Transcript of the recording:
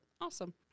awesome